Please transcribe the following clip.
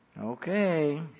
Okay